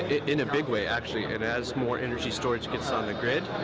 in a big way, actually. and as more energy storage gets on the grid,